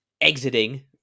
exiting